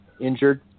injured